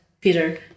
Peter